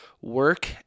Work